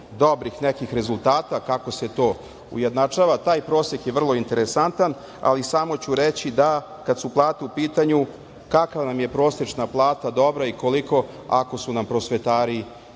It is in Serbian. dobro nekih rezultata kako se to ujednačava taj prosek je vrlo interesantan, ali samo ću reći kada su plate u pitanju kakva vam je prosečna plata dobra i koliko ako su nam prosvetari